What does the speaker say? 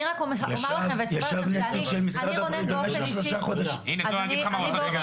אני רק אומר ואספר לכם שאני רונן באופן אישי --- רגע,